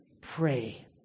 Pray